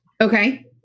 okay